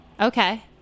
Okay